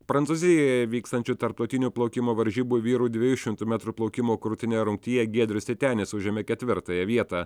prancūzijoje vykstančių tarptautinių plaukimo varžybų vyrų dvejų šimtų metrų plaukimo krūtine rungtyje giedrius titenis užėmė ketvirtąją vietą